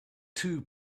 too